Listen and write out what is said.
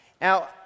Now